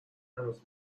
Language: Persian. هنوزم